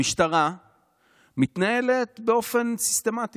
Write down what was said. המשטרה מתנהלת באופן סיסטמטי.